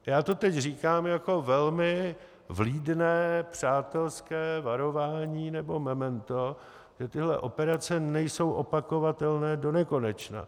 Já to teď říkám jako velmi vlídné přátelské varování nebo memento, že tyto operace nejsou opakovatelné donekonečna.